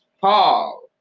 Paul